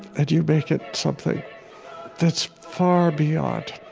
and you make it something that's far beyond.